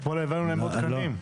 אתמול העברנו להם עוד תקנים.